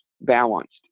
balanced